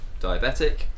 diabetic